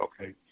okay